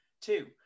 two